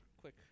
Quick